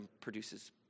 produces